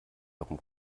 darum